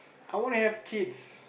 I want to have kids